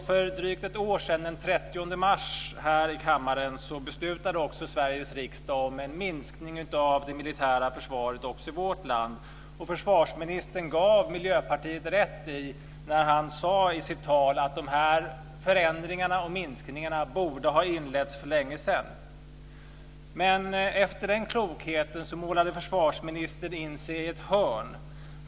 För drygt ett år sedan, den 30 mars här i kammaren, beslutade också Sveriges riksdag om en minskning av det militära försvaret i vårt land. Försvarsministern gav också Miljöpartiet rätt när han i sitt tal sade att dessa förändringar och minskningar borde ha inletts för länge sedan. Men efter den klokheten målade försvarsministern in sig i ett hörn.